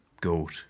goat